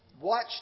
watch